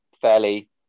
fairly